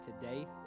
today